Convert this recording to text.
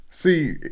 See